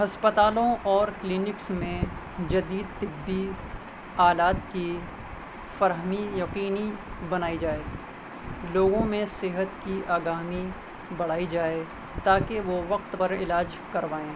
اسپتالوں اور کلینکس میں جدید طبی آلات کی فراہمی یقینی بنائی جائے لوگوں میں صحت کی آگاہی بڑھائی جائے تاکہ وہ وقت پر علاج کروائیں